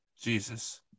Jesus